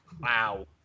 Wow